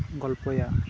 ᱜᱚᱞᱯᱚᱭᱟ